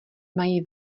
mají